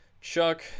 Chuck